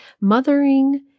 mothering